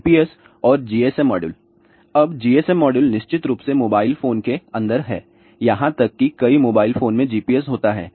GPS और GSM module अब GSM module निश्चित रूप से मोबाइल फोन के अंदर हैं यहां तक कि कई मोबाइल फोन में GPS होता है